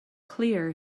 clear